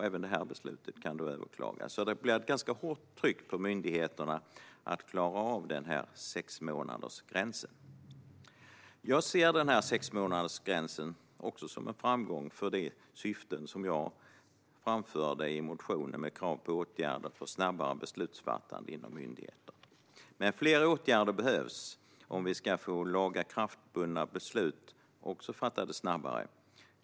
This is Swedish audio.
Även detta beslut kan då överklagas. Det blir alltså ett ganska hårt tryck på myndigheterna att klara av denna sexmånadersgräns. Jag ser sexmånadersgränsen också som en framgång för de syften som jag framförde i motionen med krav på åtgärder för snabbare beslutsfattande inom myndigheter. Men flera åtgärder behövs om vi ska få lagakraftbundna beslut fattade snabbare.